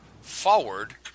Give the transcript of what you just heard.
forward